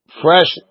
fresh